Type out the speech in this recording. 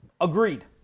Agreed